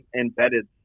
embedded